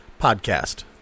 podcast